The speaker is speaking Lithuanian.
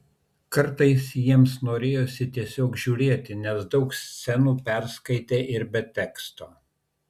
kartais jiems norėjosi tiesiog žiūrėti nes daug scenų persiskaitė ir be teksto